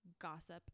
gossip